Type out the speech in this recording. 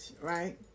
right